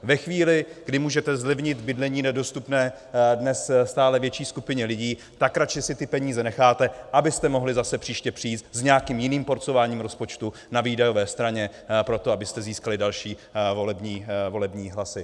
Ve chvíli, kdy můžete zlevnit bydlení nedostupné dnes stále větší skupině lidí, tak si radši ty peníze necháte, abyste mohli zase příště přijít s nějakým jiným porcováním rozpočtu na výdajové straně proto, abyste získali další volební hlasy.